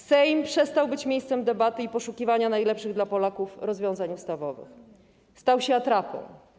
Sejm przestał być miejscem debaty i poszukiwania najlepszych dla Polaków rozwiązań ustawowych, stał się atrapą.